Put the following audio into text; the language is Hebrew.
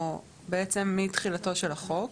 למעשה מתחילתו של החוק,